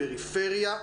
פריפריה.